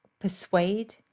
persuade